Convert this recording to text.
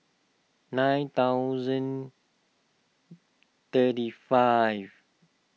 nine thousand thirty five